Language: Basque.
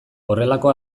horrelako